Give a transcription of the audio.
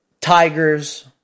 Tigers